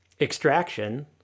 Extraction